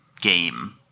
game